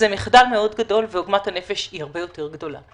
זה מחדל גדול מאוד ועוגמת הנפש היא הרבה יותר גדולה.